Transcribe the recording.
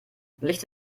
licht